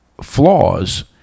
flaws